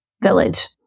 village